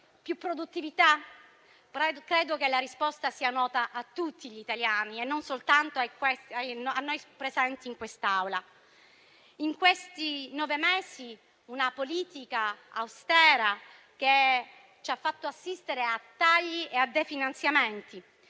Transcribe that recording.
più produttività? Credo che la risposta sia nota a tutti gli italiani e non soltanto a noi presenti in quest'Aula. In questi nove mesi, una politica austera ci ha fatto assistere a tagli e a definanziamenti: